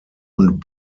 und